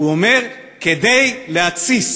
הוא אומר: כדי להתסיס,